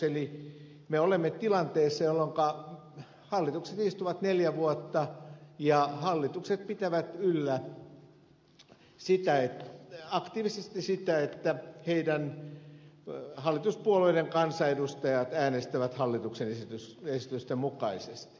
eli me olemme tilanteessa jolloinka hallitukset istuvat neljä vuotta ja hallitukset pitävät yllä aktiivisesti sitä että hallituspuolueiden kansanedustajat äänestävät hallituksen esitysten mukaisesti